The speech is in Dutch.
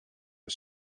een